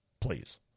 Please